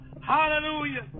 Hallelujah